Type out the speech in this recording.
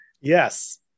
Yes